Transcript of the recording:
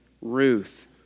Ruth